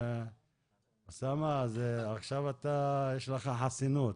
אוסאמה, עכשיו יש לך חסינות.